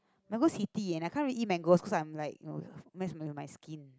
mangoes heaty and I can't really eat mangoes cause I'm like ugh mess with my skin